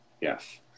Yes